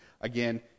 Again